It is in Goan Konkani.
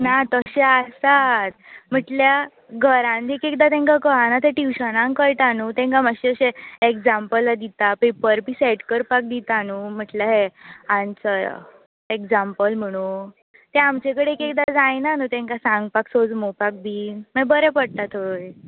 ना तशें आसात म्हणल्यार घरान एक एकदां तांकां कळना तें ट्युशनांग कळटा न्हय तांकां मात्शें शे एग्जांपलां दिता पेपर बी सॅट करपाक दिता न्हय म्हणल्यार हें आन्स एग्जांपल म्हणून तें आमचे कडेन एक एकदां जायना न्हय तांकां सांगपाक सोजमोवपाक बी मागीर बरें पडटा थंय